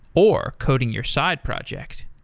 or coding your side project.